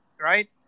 Right